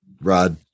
rod